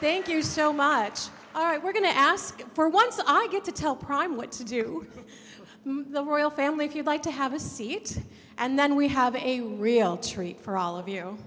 thank you so much all right we're going to ask for once i get to tell prime what to do you the royal family if you'd like to have a seat and then we have a real treat for all of you